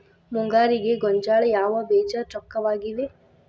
ಮುಂಗಾರಿಗೆ ಗೋಂಜಾಳ ಯಾವ ಬೇಜ ಚೊಕ್ಕವಾಗಿವೆ?